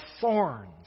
thorns